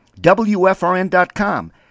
WFRN.com